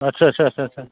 आच्चा आच्चा आच्चा